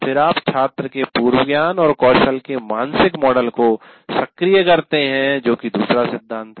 फिर आप छात्र के पूर्व ज्ञान और कौशल के मानसिक मॉडल को सक्रिय करते हैं जो कि दूसरा सिद्धांत है